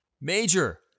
Major